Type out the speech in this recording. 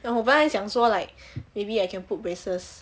oh 我本来想说 like maybe I can put braces